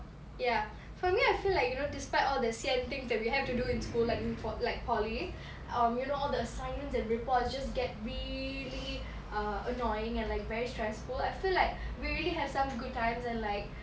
ya for me I feel like you know despite all the sian things that we have to do in school like me for like poly um know you all the science and reports just get really annoying and like very stressful I feel like we really have some good times and like